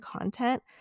content